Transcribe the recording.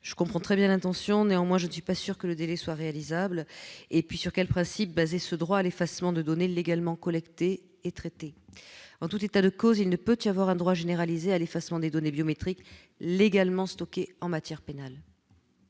Je comprends très bien l'intention qui sous-tend cet amendement, mais je ne suis pas sûre que ce délai soit réaliste. Et sur quel principe fonder ce droit à l'effacement de données légalement collectées et traitées ? En tout état de cause, il ne peut y avoir un droit généralisé à l'effacement des données biométriques légalement stockées en matière pénale.